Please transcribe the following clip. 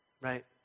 Right